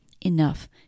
enough